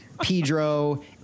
Pedro